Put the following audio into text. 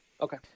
Okay